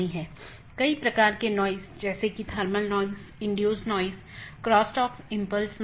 1 open message दो सहकर्मी nodes के बीच एक BGP सत्र स्थापित करता है